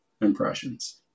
impressions